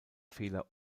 fehler